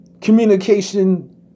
communication